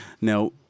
Now